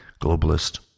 globalist